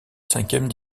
cinquième